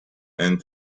and